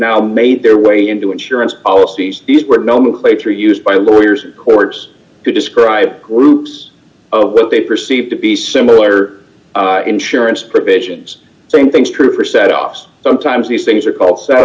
now made their way into insurance policies these were nomenclature used by lawyers words to describe groups of what they perceive to be similar insurance provisions same things true for set ups sometimes these things are called